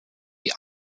die